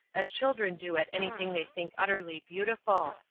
as children do at anything they think utterly beautiful.